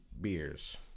beers